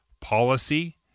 policy